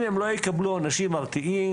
אם הם לא יקבלו עונשים מרתיעים,